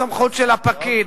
מה הסמכות של הפקיד,